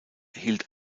hielt